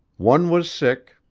one was sick,